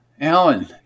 Alan